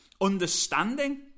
understanding